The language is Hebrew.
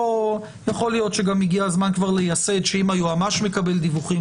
יכול להיות שגם הגיע הזמן כבר לייסד שאם היועמ"שית מקבלת דיווחים,